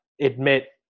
admit